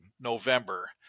November